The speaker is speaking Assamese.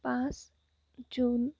পাঁচ জুন